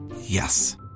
Yes